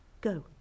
Go